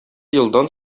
елдан